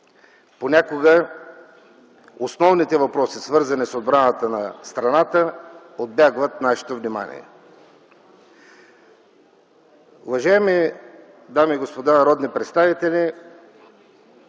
понякога основните въпроси, свързани с отбраната на страната, отбягват от нашето внимание. Уважаеми дами и господа народни представители,